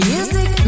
Music